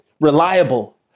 reliable